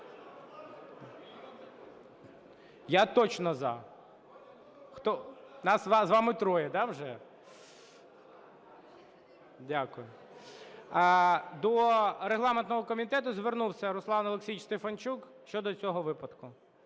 Я точно "за". Нас з вами троє, да, вже? Дякую. До регламентного комітету звернувся Руслан Олексійович Стефанчук щодо цього випадку.